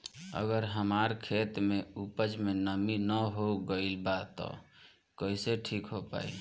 अगर हमार खेत में उपज में नमी न हो गइल बा त कइसे ठीक हो पाई?